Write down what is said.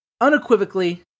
unequivocally